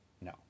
No